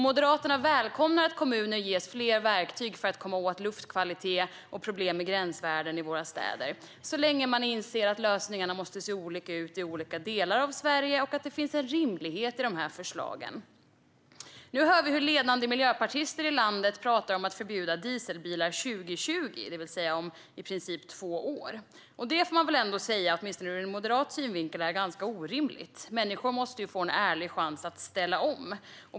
Moderaterna välkomnar att kommuner ges fler verktyg för att komma åt problem med luftkvalitet och gränsvärden i våra städer, så länge man inser att lösningarna måste se olika ut i olika delar av Sverige och att det måste finnas en rimlighet i de här förslagen. Nu hör vi hur ledande miljöpartister i landet pratar om att förbjuda dieselbilar 2020, det vill säga om i princip två år. Åtminstone ur en moderat synvinkel får man väl ändå säga att det är ganska orimligt. Människor måste ju få en ärlig chans att ställa om.